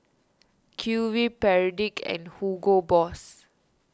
Q V Perdix and Hugo Boss